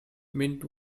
mint